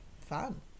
Fun